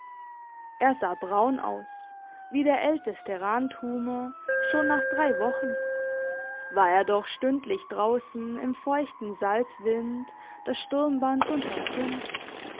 er sah braun aus wie der älteste rantumer schon nach drei wochen war er doch stündlich draussen im feuchten salzwind das sturmband unterm kinn